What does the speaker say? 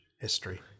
history